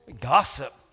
Gossip